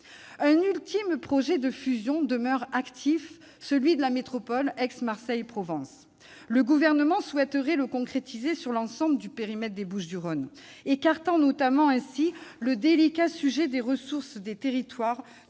Un ultime projet de fusion demeure actif, celui de la métropole d'Aix-Marseille-Provence. Le Gouvernement souhaiterait le concrétiser sur l'ensemble du périmètre des Bouches-du-Rhône, écartant, notamment, ainsi le délicat sujet des ressources des territoires